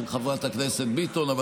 של חברת הכנסת ביטון.